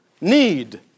need